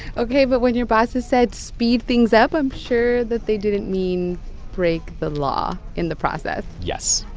ok. but when your bosses said speed things up, i'm sure that they didn't mean break the law in the process yes.